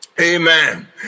Amen